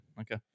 okay